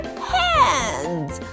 hands